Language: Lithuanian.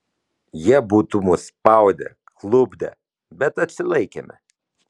jie būtų mus spaudę klupdę bet atsilaikėme